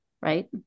Right